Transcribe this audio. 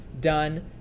done